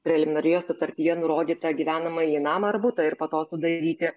preliminarioje sutartyje nurodytą gyvenamąjį namą ar butą ir po to sudaryti